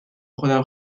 خودم